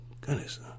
Goodness